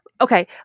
Okay